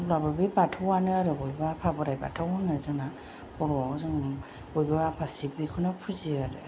होमब्लाबो बे बाथौआनो आरो बयबो आफा बोराय बाथौ होनो जोंना बर'आव जोंनि बयबो आफा शिब बेखौनो फुजियो आरो